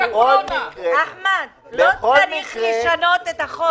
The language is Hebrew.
אחמד, לא צריך לשנות את החוק.